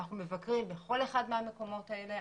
אנחנו מבקרים בכל אחד מהמקומות האלה,